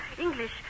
English